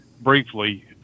briefly